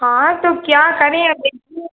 हाँ तो क्या करें अब देखिए